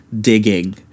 digging